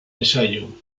ensayo